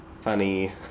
funny